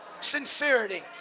sincerity